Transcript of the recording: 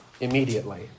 immediately